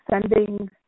sending